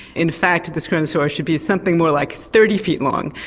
in fact the kronosaurus should be something more like thirty feet long,